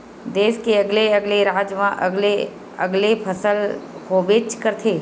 देस के अलगे अलगे राज म अलगे अलगे फसल होबेच करथे